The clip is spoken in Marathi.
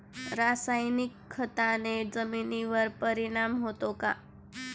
रासायनिक खताने जमिनीवर परिणाम होतो का?